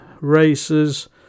races